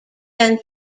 then